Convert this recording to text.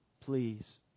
please